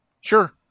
Sure